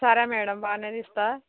సరే మేడం బాగానే తీస్తాను